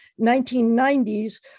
1990s